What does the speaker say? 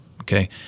Okay